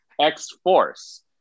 X-Force